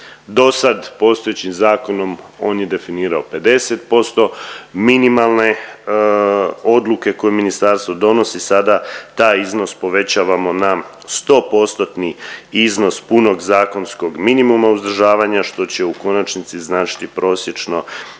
dosad postojećim zakonom on je definirao 50% minimalne odluke koju ministarstvo donosi sada taj iznos povećavamo na 100%-tni iznos punog zakonskog minimuma uzdržavanja što će u konačnici značiti prosječno